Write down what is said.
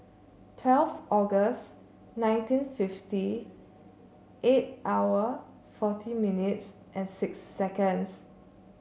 twelfth August nineteen fifty eight hour forty minutes and six seconds